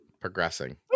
Progressing